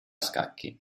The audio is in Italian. scacchi